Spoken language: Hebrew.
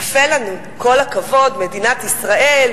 יפה לנו, כל הכבוד, מדינת ישראל,